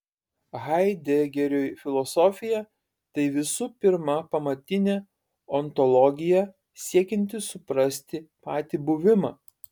haidegeriui filosofija tai visų pirma pamatinė ontologija siekianti suprasti patį buvimą